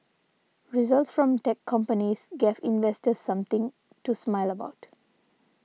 results from tech companies gave investors something to smile about